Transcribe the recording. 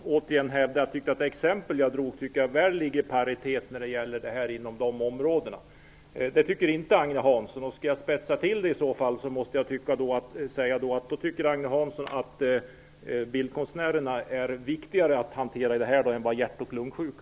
Herr talman! Jag vill återigen hävda att det exempel jag tog upp är väl i paritet med det som vi nu diskuterar. Det tycker inte Agne Hansson. Något tillspetsat tycker i så fall Agne Hansson att det är viktigare hur man hanterar bildkonstnärerna än hur man hanterar hjärt och lungsjuka.